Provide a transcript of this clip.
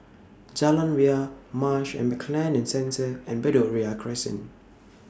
Jalan Ria Marsh and McLennan Centre and Bedok Ria Crescent